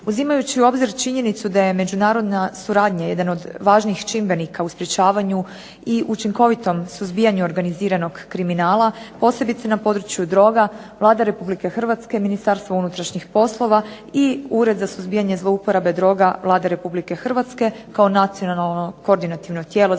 Uzimajući u obzir činjenicu da je međunarodna suradnja jedan od važnijih čimbenika u sprečavanju i učinkovitom suzbijanju organiziranog kriminala posebice na području droga, Vlada Republike Hrvatske, MUP i Ured za suzbijanje zloupotreba droga Vlade Republike Hrvatske kao nacionalno koordinaciono tijelo za